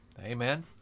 Amen